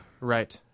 Right